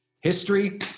History